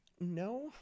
No